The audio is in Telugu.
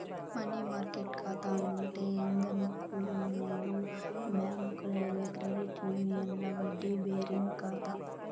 మనీ మార్కెట్ కాతా అంటే ఏందనుకునేవు బ్యాంక్ లేదా క్రెడిట్ యూనియన్ల వడ్డీ బేరింగ్ కాతా